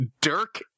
Dirk